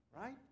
right